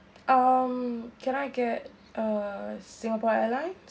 um can I get uh singapore airline